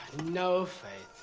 no faith,